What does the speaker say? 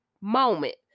moment